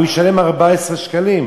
הוא ישלם 14 שקלים.